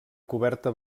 coberta